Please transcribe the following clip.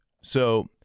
So-